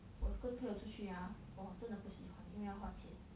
我跟朋友出去 ah 我真的不喜欢因为要花钱